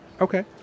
Okay